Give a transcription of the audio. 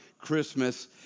Christmas